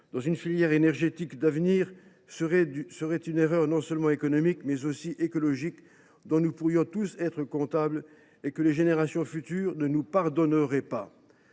dans une filière énergétique d’avenir serait une erreur, non seulement économique, mais également écologique, dont nous serions tous comptables et que les générations futures ne nous pardonneraient pas.